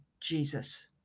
Jesus